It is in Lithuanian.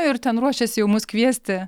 ir ten ruošėsi jau mus kviesti